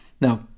Now